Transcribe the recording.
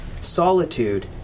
Solitude